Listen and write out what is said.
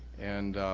and